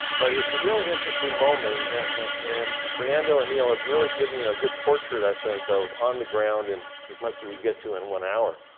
but it's a really interesting moment, and fernando and neil have really given you a good portrait i think of on the ground, and as much as we can get to in one hour,